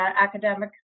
academic